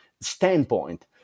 standpoint